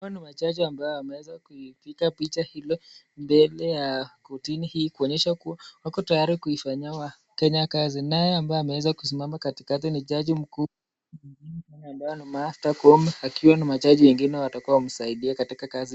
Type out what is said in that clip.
Hawa ni majaji ambao wameweza kupiga picha mbele ya kortini hii kuonyesha kuwa wako tayari kufanyia Wakenya kazi naye ambaye ameweza kusimama katikati ni jaji mkuu ambaye ni Martha Koome akiwa na majaji wengine watakuwa wanamsaidia katika kazi.